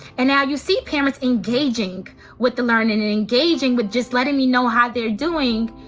and now you'll see parents engaging with the learning and engaging with just letting me know how they're doing.